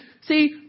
see